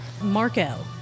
Marco